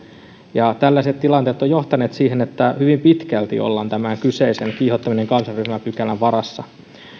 tällaiset tilanteet ovat johtaneet siihen että hyvin pitkälti ollaan tämän kyseisen kiihottaminen kansanryhmää vastaan pykälän varassa